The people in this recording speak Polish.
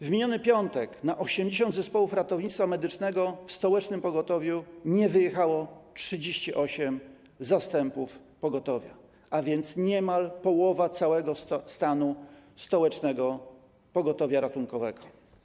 W miniony piątek na 80 zespołów ratownictwa medycznego w stołecznym pogotowiu nie wyjechało 38 zastępów pogotowia, a więc niemal połowa całego stanu stołecznego pogotowia ratunkowego.